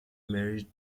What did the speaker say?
married